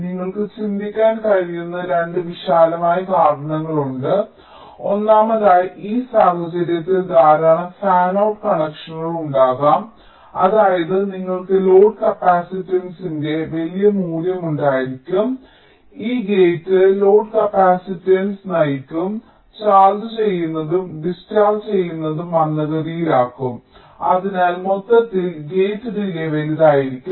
നിങ്ങൾക്ക് ചിന്തിക്കാൻ കഴിയുന്ന 2 വിശാലമായ കാരണങ്ങളുണ്ട് ഒന്നാമതായി ഈ സാഹചര്യത്തിൽ ധാരാളം ഫാനൌട്ട് കണക്ഷനുകൾ ഉണ്ടാകാം അതായത് നിങ്ങൾക്ക് ലോഡ് കപ്പാസിറ്റൻസിന്റെ വലിയ മൂല്യം ഉണ്ടായിരിക്കാം അതായത് ഈ ഗേറ്റ് ലോഡ് കപ്പാസിറ്റൻസ് നയിക്കും ചാർജ് ചെയ്യുന്നതും ഡിസ്ചാർജ് ചെയ്യുന്നതും മന്ദഗതിയിലാകും അതിനാൽ മൊത്തത്തിൽ ഗേറ്റ് ഡിലേയ് വലുതായിരിക്കും